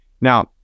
Now